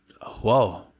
whoa